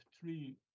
three